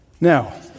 Now